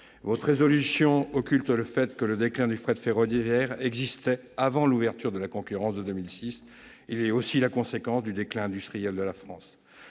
de résolution occulte le fait que le déclin du fret ferroviaire était amorcé avant l'ouverture à la concurrence de 2006. Ce déclin est aussi la conséquence du déclin industriel de la France.